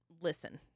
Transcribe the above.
listen